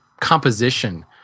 composition